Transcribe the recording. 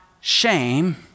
shame